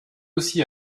aussi